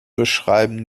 beschreiben